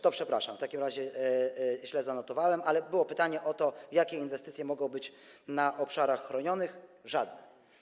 To przepraszam, w takim razie źle zanotowałem, ale było pytanie o to, jakie inwestycje mogą być na obszarach chronionych - żadne.